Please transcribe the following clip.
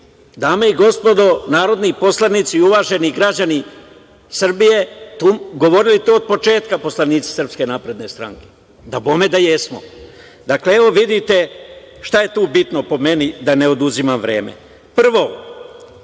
dame i gospodo narodni poslanici i uvaženi građani Srbije govorili to od početka poslanici SNS? Naravno da jesmo. Dakle, evo vidite šta je tu bitno, po meni, da ne oduzimam vreme. Prvo,